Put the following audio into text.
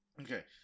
okay